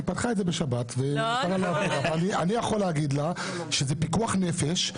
היא פתחה את זה בשבת ואני יכול להגיד לה שזה פיקוח נפש,